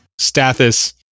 Stathis